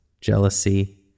jealousy